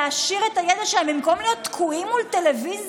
להעשיר את הידע שלהם במקום להיות תקועים מול הטלוויזיה,